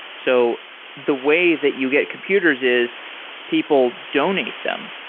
so the way that you get computers is people donate them.